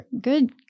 Good